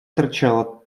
торчала